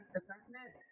assessment